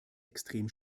extrem